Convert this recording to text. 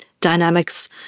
dynamics